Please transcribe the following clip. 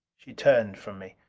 she turned from me.